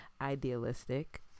Idealistic